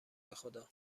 بخدا